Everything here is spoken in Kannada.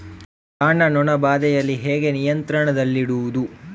ಕಾಂಡ ನೊಣ ಬಾಧೆಯನ್ನು ಹೇಗೆ ನಿಯಂತ್ರಣದಲ್ಲಿಡುವುದು?